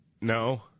No